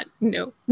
no